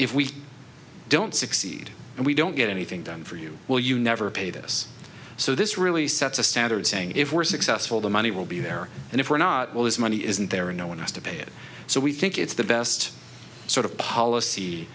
if we don't succeed and we don't get anything done for you well you never paid us so this really sets a standard saying if we're successful the money will be there and if we're not well this money isn't there no one has to pay it so we think it's the best